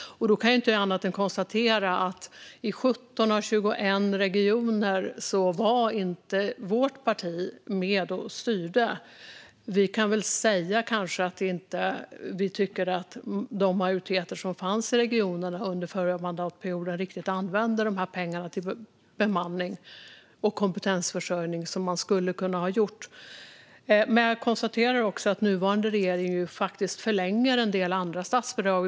Då kan jag inte annat än konstatera att i 17 av 21 regioner var vårt parti inte med och styrde. Vi kan väl kanske säga att vi inte tycker att de majoriteter som fanns i regionerna under förra mandatperioden riktigt använde pengarna till bemanning och kompetensförsörjning som man skulle ha kunnat göra. Jag konstaterar också att nuvarande regering förlänger en del andra statsbidrag.